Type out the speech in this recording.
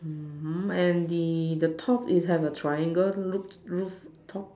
mmhmm and the top is a triangle roof rooftop